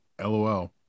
LOL